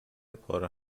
پاره